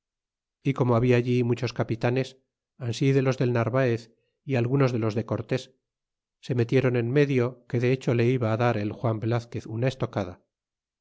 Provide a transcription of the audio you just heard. y como habla allí muchos capitanes ansi de los del narvaez y algunos de los de cortés se melléron en medio que de hecho le iba dar el juan velazquez una estocada